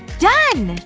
done!